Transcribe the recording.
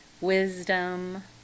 wisdom